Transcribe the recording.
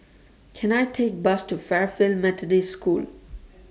Can I Take A Bus to Fairfield Methodist School